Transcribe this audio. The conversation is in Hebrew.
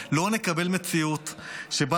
כזה, או באיזושהי מציאות שבה